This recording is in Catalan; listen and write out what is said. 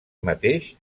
mateix